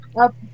up